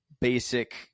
basic